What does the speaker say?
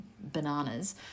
bananas